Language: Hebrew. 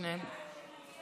את שניהם.